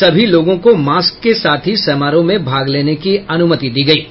सभी लोगों को मास्क के साथ ही समारोह में भाग लेने की अनुमति दी गयी है